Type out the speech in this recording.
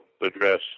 address